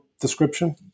description